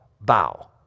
bow